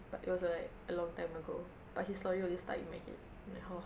but it was like a long time ago but his lawyer always tie him ahead I'm like !huh!